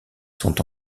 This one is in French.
sont